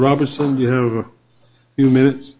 roberson you have a few minutes